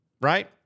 right